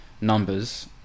numbers